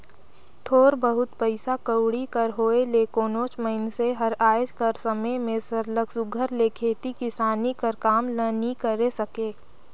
थोर बहुत पइसा कउड़ी कर होए ले कोनोच मइनसे हर आएज कर समे में सरलग सुग्घर ले खेती किसानी कर काम ल नी करे सके